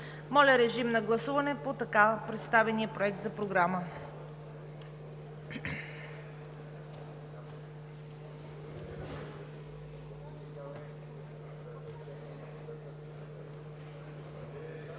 Моля, гласувайте по така представения Проект за програма.